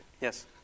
Yes